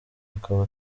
akaba